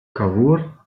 cavour